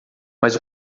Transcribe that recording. mas